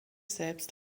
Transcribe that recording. selbst